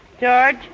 George